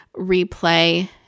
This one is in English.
replay